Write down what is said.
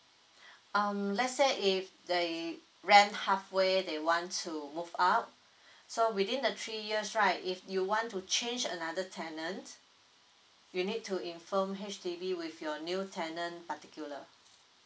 um let's say if they rent halfway they want to move out so within the three years right if you want to change another tenant you need to inform H_D_B with your new tenant particular